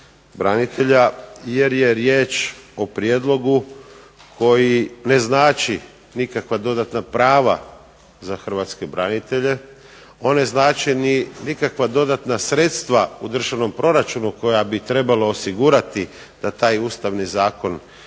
branitelja jer je riječ o prijedlogu koji ne znači nikakva dodatna prava za hrvatske branitelje, on ne znači ni nikakva dodatna sredstva u državnom proračunu koja bi trebalo osigurati da taj Ustavni zakon